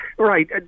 right